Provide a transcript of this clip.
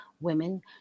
women